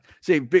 see